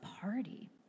party